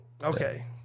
okay